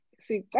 see